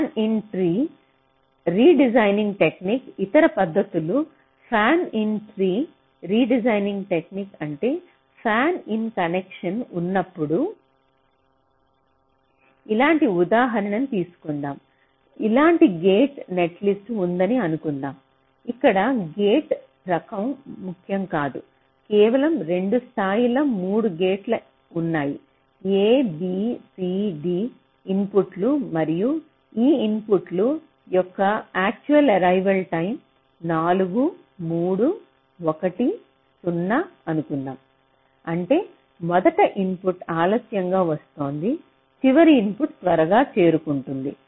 fan in tree redesigning technique ఇతర పద్ధతులు fan in tree redesigning technique అంటే fan in connection ఉన్నప్పుడు ఇలాంటి ఉదాహరణను తీసుకుందాం ఇలాంటి గేట్ నెట్లిస్ట్ ఉందని అనుకుందాం ఇక్కడ గేట్ రకం ముఖ్యం కాదు కేవలం 2 స్థాయిలలో 3 గేట్లు ఉన్నాయి a b c d ఇన్పుట్లు మరియు ఈ ఇన్పుట్లు యొక్క యాక్చువల్ ఏరైవల్ టైం 4 3 1 0 అనుకుందాం అంటే మొదటి ఇన్పుట్ ఆలస్యంగా వస్తోంది చివరి ఇన్పుట్ త్వరగా చేరుకుంటుంది